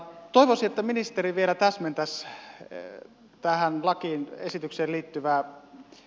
toivoisin että ministeri vielä täsmentäisi tähän lakiesitykseen liittyen